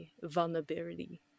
vulnerability